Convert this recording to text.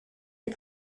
est